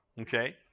okay